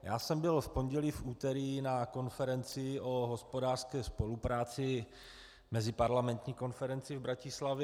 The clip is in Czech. Já jsem byl v pondělí a v úterý na konferenci o hospodářské spolupráci, meziparlamentní konferenci v Bratislavě.